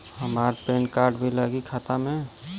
हमार PAN card भी लगी खाता में?